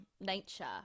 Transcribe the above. nature